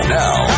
now